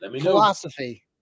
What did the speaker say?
philosophy